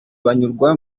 banyurwa